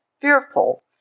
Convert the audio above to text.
fearful